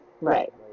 Right